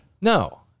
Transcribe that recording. no